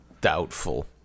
Doubtful